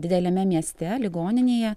dideliame mieste ligoninėje